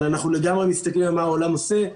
אבל אנחנו לגמרי מסתכלים על מה העולם עושה,